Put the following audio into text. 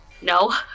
no